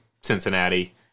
Cincinnati